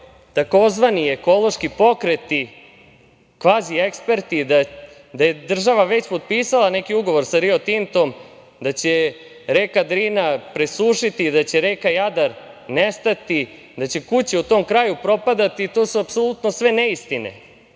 tzv. ekološki pokreti, kvazi-eksperti da je država već potpisala neki ugovor sa "Rio Tintom" da će reka Drina presušiti, da će reka Jadar nestati, da će kuće u tom kraju propadati, to su apsolutno sve neistine. Mi